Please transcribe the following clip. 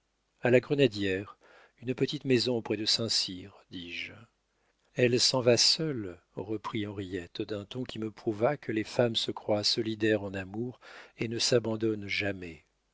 a la grenadière une petite maison près de saint-cyr dis-je elle s'en va seule reprit henriette d'un ton qui me prouva que les femmes se croient solidaires en amour et ne s'abandonnent jamais